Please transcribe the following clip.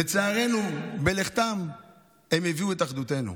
לצערנו, בלכתם הם הביאו את אחדותנו.